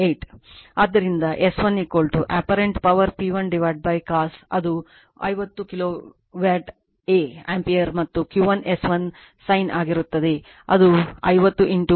ಆದ್ದರಿಂದ S 1 apparent power P1 cos ಅದು 50 KVA ಮತ್ತು Q 1 S 1 sin ಆಗಿರುತ್ತದೆ ಅದು 50 0